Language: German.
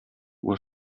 uhr